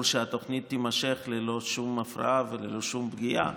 שהתוכנית תימשך ללא שום הפרעה וללא שום פגיעה,